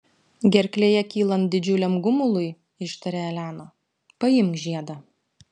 gerklėje kylant didžiuliam gumului ištarė elena paimk žiedą